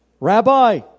Rabbi